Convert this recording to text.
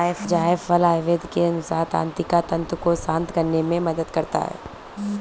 जायफल आयुर्वेद के अनुसार तंत्रिका तंत्र को शांत करने में मदद करता है